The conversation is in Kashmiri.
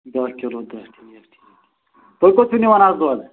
دَہ کِلوٗ دَہ کِلوٗ تُہۍ کوٚت چھِو نِوان آز دۄد